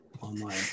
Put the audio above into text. online